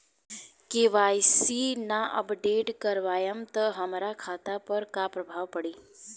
KYC ना update करवाएम त हमार खाता पर का प्रभाव पड़ी?